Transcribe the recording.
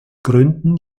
gründen